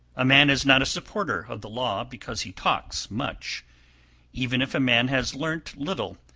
a man is not a supporter of the law because he talks much even if a man has learnt little,